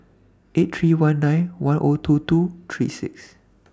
eight three one nine one two two three six